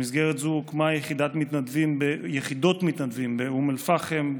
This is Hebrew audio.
במסגרת זו הוקמו יחידות מתנדבים באום אל-פחם,